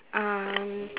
um